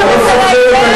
משנה בגלל,